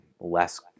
less